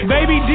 Baby